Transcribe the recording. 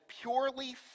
purely